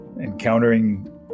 encountering